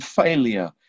failure